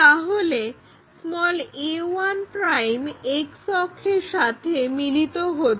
তাহলে a1 X অক্ষের সাথে মিলিত হচ্ছে